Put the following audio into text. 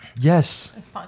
Yes